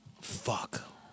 Fuck